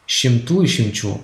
šimtų išimčių